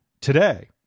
today